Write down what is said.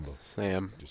Sam